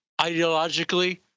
ideologically